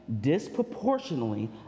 disproportionately